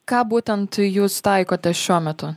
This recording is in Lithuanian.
ką būtent jūs taikote šiuo metu